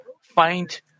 find